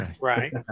right